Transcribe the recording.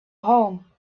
home